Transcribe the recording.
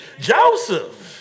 Joseph